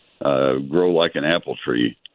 grow-like-an-apple-tree